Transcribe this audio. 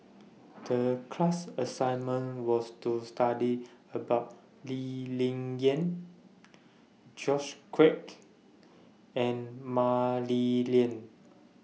The class assignment was to study about Lee Ling Yen George Quek and Mah Li Lian